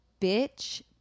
Bitch